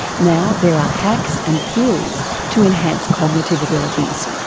now there are hacks and pills to enhance cognitive abilities.